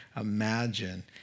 imagine